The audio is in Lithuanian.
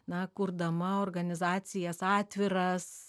na kurdama organizacijas atviras